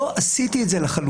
"לא עשיתי את זה לחלוטין",